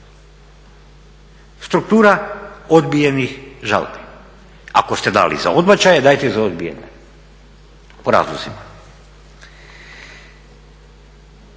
struktura odbijenih žalbi. Ako ste dali za odbačaje dajte i za odbijene po razlozima.